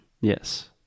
Yes